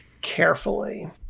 carefully